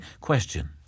question